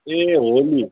ए Holi